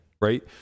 Right